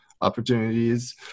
opportunities